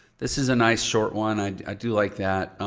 this is a nice short one. i i do like that.